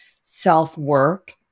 self-work